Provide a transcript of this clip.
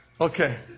Okay